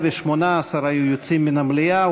118 היו יוצאים מן המליאה.